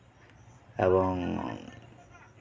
ᱮᱵᱚᱝ